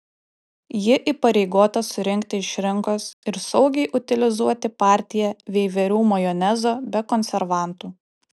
ji įpareigota surinkti iš rinkos ir saugiai utilizuoti partiją veiverių majonezo be konservantų